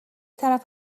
طرف